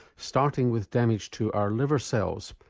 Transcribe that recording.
starting with damage to our liver cells,